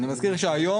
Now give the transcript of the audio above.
אני מזכיר שהיום,